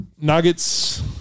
Nuggets